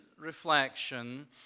reflection